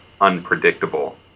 unpredictable